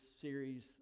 series